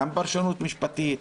גם פרשנות משפטית,